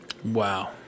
Wow